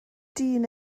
dyn